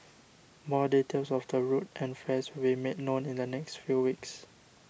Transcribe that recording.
more details of the route and fares will be made known in the next few weeks